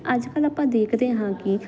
ਅੱਜ ਕੱਲ ਆਪਾਂ ਦੇਖਦੇ ਹਾਂ ਕਿ